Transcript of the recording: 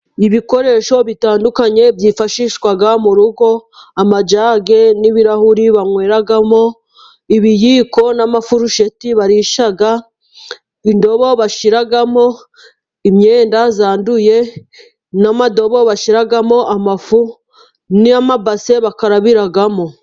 Ibikoresho bitandukanye byifashishwa mu rugo amajage n'ibirahuri banyweramo ,ibiyiko n'amafurusheti barisha, indobo bashyiramo imyenda yanduye, n'amadobo bashyiramo amafu n'amabase bakarabiramo.